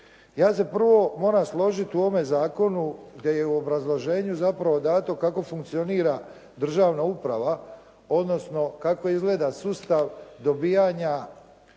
Ja se prvo moram složiti u ovome zakonu gdje je i u obrazloženju zapravo dato kako funkcionira državna uprava, odnosno kako izgleda sustav dobijanja